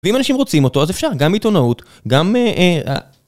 ואם אנשים רוצים אותו, אז אפשר, גם עיתונאות, גם אה...